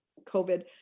covid